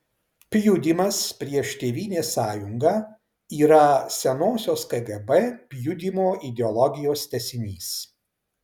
pjudymas prieš tėvynės sąjungą yra senosios kgb pjudymo ideologijos tęsinys